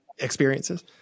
Experiences